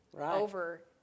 over